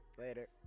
later